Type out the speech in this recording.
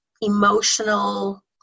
emotional